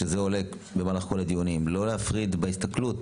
שעולה במהלך כל הדיונים, היא לא להפריד בהסתכלות.